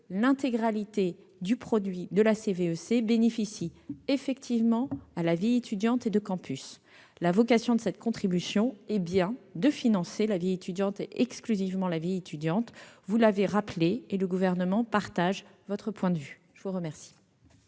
l'intégralité de la CVEC bénéficiera effectivement à la vie étudiante et de campus. La vocation de cette contribution est bien de financer la vie étudiante, et exclusivement la vie étudiante, comme vous l'avez rappelé. Le Gouvernement partage votre point de vue. La parole